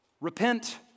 Repent